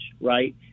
right